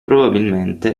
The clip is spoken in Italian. probabilmente